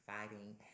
fighting